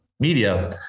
media